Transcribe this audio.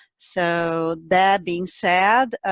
so, that being said,